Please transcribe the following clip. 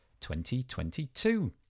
2022